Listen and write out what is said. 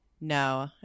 No